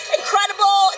incredible